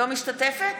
לא משתתפת